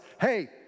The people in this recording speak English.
hey